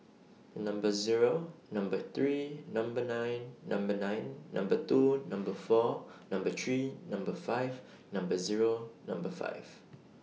The Number Zero Number three Number nine Number nine Number two Number four Number three Number five Number Zero Number five